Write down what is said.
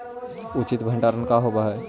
उचित भंडारण का होव हइ?